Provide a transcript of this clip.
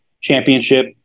championship